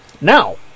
Now